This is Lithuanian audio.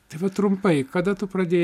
tai va trumpai kada tu pradėjai